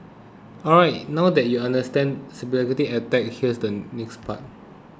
alright now you understand speculative attacks here's the next part